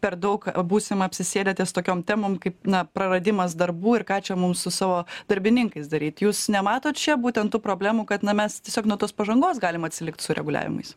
per daug būsim apsisėdę ties tokiom temom kaip na praradimas darbų ir ką čia mums su savo darbininkais daryt jūs nematot čia būtent tų problemų kad na mes tiesiog nuo tos pažangos galim atsilikt su reguliavimais